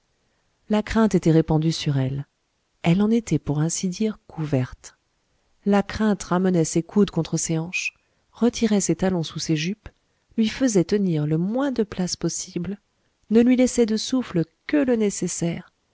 la crainte était répandue sur elle elle en était pour ainsi dire couverte la crainte ramenait ses coudes contre ses hanches retirait ses talons sous ses jupes lui faisait tenir le moins de place possible ne lui laissait de souffle que le nécessaire